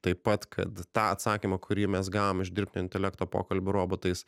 taip pat kad tą atsakymą kurį mes gavom iš dirbtinio intelekto pokalbių robotais